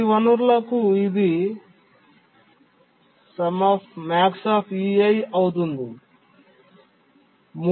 ప్రతి వనరులకు ఇది అవుతుంది